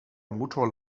motor